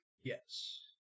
Yes